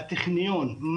הטכניון,